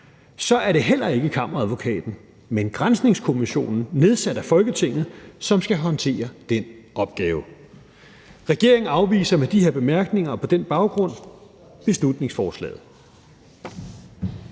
er det heller ikke Kammeradvokaten, men granskningskommissionen nedsat af Folketinget, som skal håndtere den opgave. Regeringen afviser med de her bemærkninger og på den baggrund beslutningsforslaget.